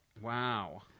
Wow